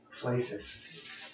places